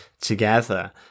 together